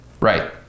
right